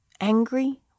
angry